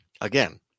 again